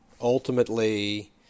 Ultimately